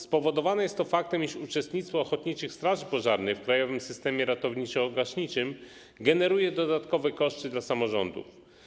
Spowodowane jest to faktem, iż uczestnictwo ochotniczych straży pożarnych w krajowym systemie ratowniczo-gaśniczym generuje dodatkowe koszty dla samorządów.